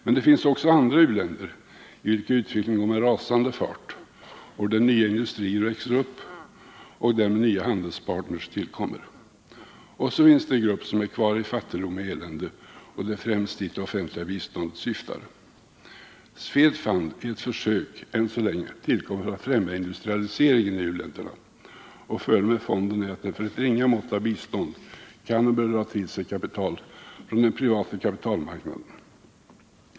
Men det finns också andra u-länder, i vilka utvecklingen går med rasande fart och där nya industrier växer upp och därmed nya handelspartner tillkommer. Och så finns det en grupp, som är kvari fattigdom och elände, och det är främst dit som det offentliga biståndet måste gå. SWEDFUND är ett försök än så länge, tillkommet för att främja industrialiseringen i u-länderna. Och fördelen med fonden är att den för ett ringa mått av bistånd kan och bör dra till sig kapital från den privata kapitalmarknaden.